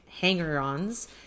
hanger-ons